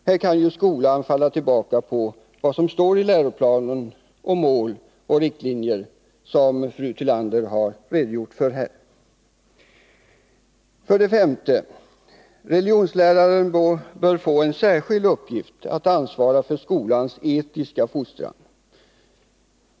Här kan ju skolan falla tillbaka på vad som står i läroplanen om mål och riktlinjer, som fru Tillander har redogjort för här. 5. Religionsläraren bör få till särskild uppgift att ansvara för skolans etiska fostran.